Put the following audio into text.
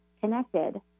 connected